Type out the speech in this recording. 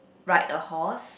ride a horse